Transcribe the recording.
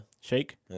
shake